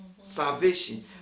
salvation